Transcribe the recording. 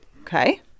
okay